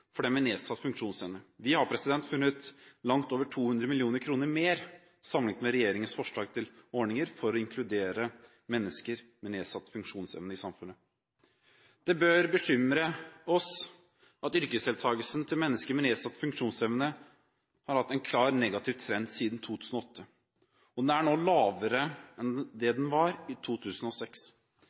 for dem med nedsatt funksjonsevne. Vi har funnet langt over 200 mill. kr mer sammenlignet med regjeringens forslag til ordninger for å inkludere mennesker med nedsatt funksjonsevne i samfunnet. Det bør bekymre oss at yrkesdeltakelsen til mennesker med nedsatt funksjonsevne har hatt en klar negativ trend siden 2008, og den er nå lavere enn det den var i 2006.